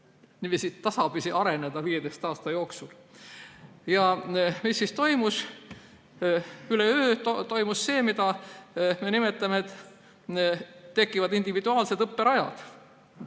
mis oleks võinud tasapisi areneda 15 aasta jooksul. Mis siis toimus? Üleöö toimus see, mida me nimetame nii, et tekivad individuaalsed õpperajad.